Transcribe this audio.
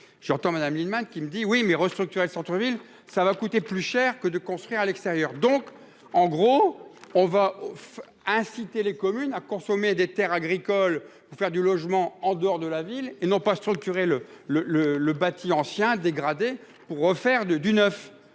J'entends Madame Lienemann qui me dit oui mais restructuré centre-ville ça va coûter plus cher que de construire à l'extérieur donc en gros on va. Inciter les communes à consommer des Terres agricoles pour faire du logement en dehors de la ville et non pas sur le curé le le le le bâti ancien dégradé pour refaire de du